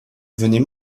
venez